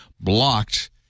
blocked